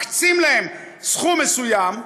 מקצים להם סכום מסוים,